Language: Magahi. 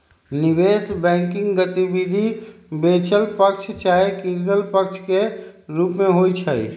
निवेश बैंकिंग गतिविधि बेचल पक्ष चाहे किनल पक्ष के रूप में होइ छइ